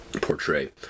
portray